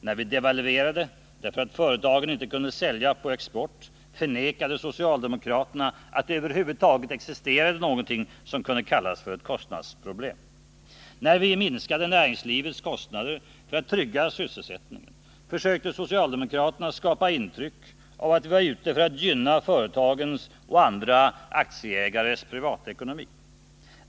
När vi devalverade därför att företagen inte kunde sälja på export, förnekade socialdemokraterna att det över huvud taget existerade någonting som kunde kallas för ett kostnadsproblem. När vi minskade näringslivets kostnader för att trygga sysselsättningen, försökte socialdemokraterna skapa intryck av att vi var ute för att gynna företagarnas och andra aktieägares privatekonomi.